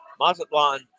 Mazatlan